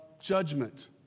judgment